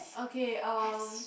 okay uh